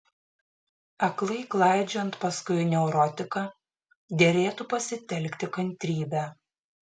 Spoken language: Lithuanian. aklai klaidžiojant paskui neurotiką derėtų pasitelkti kantrybę